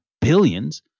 billions